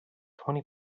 twenty